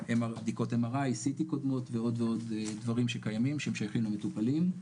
בדיקות MRI ו-CT קודמות ועוד ועוד דברים שקיימים ששייכים למטופלים.